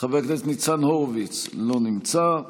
חבר הכנסת ניצן הורוביץ, לא נמצא.